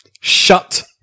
Shut